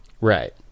right